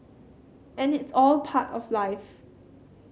and it's all part of life